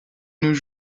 nos